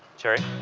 jerry?